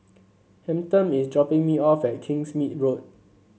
Hampton is dropping me off at Kingsmead Road